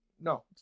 No